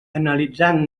analitzant